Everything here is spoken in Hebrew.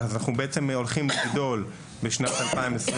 אז אנחנו בעצם הולכים לגדול בשנת 2023